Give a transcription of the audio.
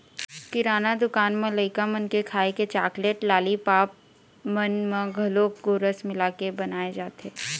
किराना दुकान म लइका मन के खाए के चाकलेट, लालीपॉप मन म घलोक गोरस मिलाके बनाए जाथे